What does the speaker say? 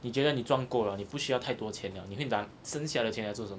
你觉得你赚够了你不需要太多钱了你会拿剩下的钱来做什么